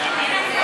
לא הבטחת,